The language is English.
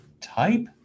type